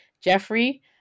Jeffrey